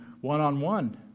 one-on-one